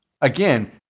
again